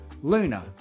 Luna